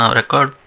record